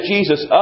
Jesus